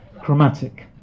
Chromatic